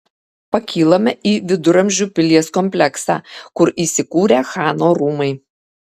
pakylame į viduramžių pilies kompleksą kur įsikūrę chano rūmai